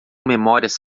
memórias